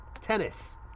tennis